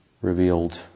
revealed